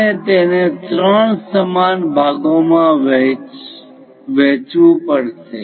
આપણે તેને ત્રણ સમાન ભાગોમાં વહેંચવું પડશે